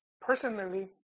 personally